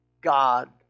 God